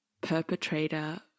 perpetrator